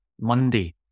Monday